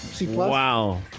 Wow